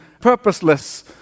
purposeless